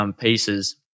pieces